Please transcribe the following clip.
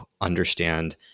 understand